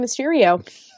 Mysterio